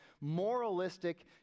moralistic